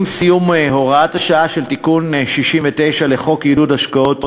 עם סיום הוראת השעה של תיקון 69 לחוק עידוד השקעות הון,